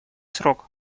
срок